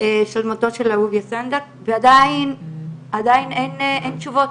של מותו של אהוביה סנדק ועדיין אין תשובות